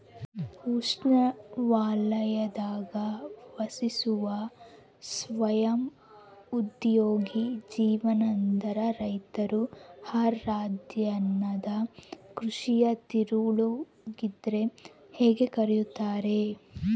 ಉಷ್ಣವಲಯದಾಗ ವಾಸಿಸುವ ಸ್ವಯಂ ಉದ್ಯೋಗಿ ಜೀವನಾಧಾರ ರೈತರು ಆಹಾರಧಾನ್ಯದ ಕೃಷಿಯ ತಿರುಳಾಗಿದ್ರ ಹೇಗೆ ಕರೆಯುತ್ತಾರೆ